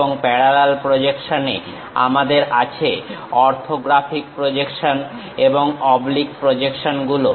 এবং প্যারালাল প্রজেকশনে আমাদের আছে অর্থোগ্রাফিক প্রজেকশন এবং অবলিক প্রজেকশন গুলো